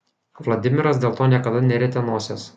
vladimiras dėl to niekada nerietė nosies